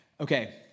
okay